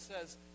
says